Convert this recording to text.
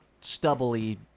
stubbly